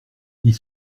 ils